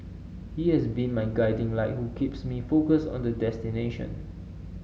he has been my guiding light who keeps me focused on the destination